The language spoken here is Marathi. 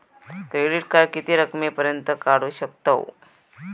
क्रेडिट कार्ड किती रकमेपर्यंत काढू शकतव?